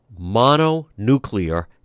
mononuclear